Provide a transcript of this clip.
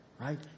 right